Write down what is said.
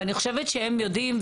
ואני חושבת שהם יודעים,